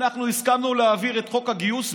אנחנו הסכמנו להעביר את חוק הגיוס בדיוק,